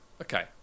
Okay